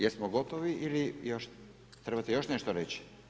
Jesmo gotovi ili još, trebate još nešto reći?